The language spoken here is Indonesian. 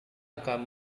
akan